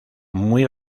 muy